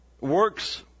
works